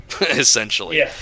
essentially